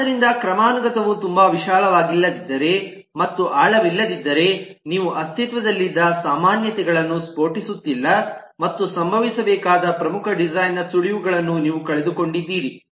ಆದ್ದರಿಂದ ಕ್ರಮಾನುಗತವು ತುಂಬಾ ವಿಶಾಲವಾಗಿಲ್ಲದಿದ್ದರೆ ಮತ್ತು ಆಳವಿಲ್ಲದಿದ್ದರೆ ನೀವು ಅಸ್ತಿತ್ವದಲ್ಲಿದ್ದ ಸಾಮಾನ್ಯತೆಗಳನ್ನು ಸ್ಫೋಟಿಸುತ್ತಿಲ್ಲ ಮತ್ತು ಸಂಭವಿಸಬೇಕಾದ ಪ್ರಮುಖ ಡಿಸೈನ್ ನ ಸುಳಿವುಗಳನ್ನು ನೀವು ಕಳೆದುಕೊಂಡಿದ್ದೀರಿ